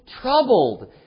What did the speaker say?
troubled